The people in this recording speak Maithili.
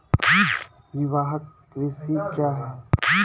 निवाहक कृषि क्या हैं?